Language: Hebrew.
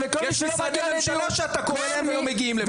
יש משרדי ממשלה שאתה קורא להם והם לא מגיעים לפה.